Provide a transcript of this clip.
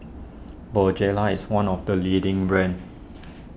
Bonjela is one of the leading brands